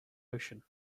ocean